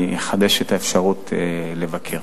אני אחדש את האפשרות לבקר.